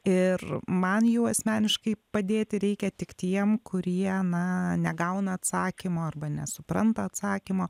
ir man jau asmeniškai padėti reikia tik tiem kurie na negauna atsakymo arba nesupranta atsakymo